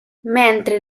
mentre